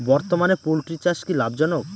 বর্তমানে পোলট্রি চাষ কি লাভজনক?